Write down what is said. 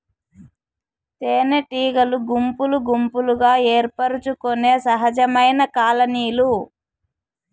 తేనెటీగలు గుంపులు గుంపులుగా ఏర్పరచుకొనే సహజమైన కాలనీలు